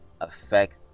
affect